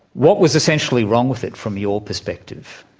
what was essentially wrong with it from your perspective?